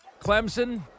Clemson